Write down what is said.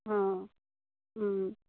অ'